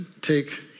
take